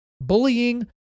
bullying